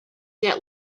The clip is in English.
that